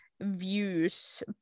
views